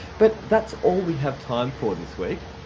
but that's all we have time for this week.